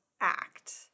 act